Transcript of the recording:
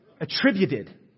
Attributed